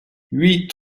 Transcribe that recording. huit